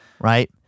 right